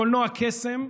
מקולנוע קסם,